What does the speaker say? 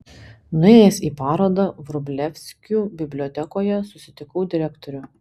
nuėjęs į parodą vrublevskių bibliotekoje susitikau direktorių